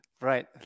Right